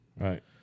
Right